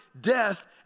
death